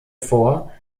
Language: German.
vor